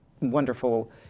wonderful